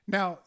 Now